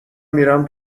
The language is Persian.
میرم